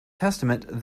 testament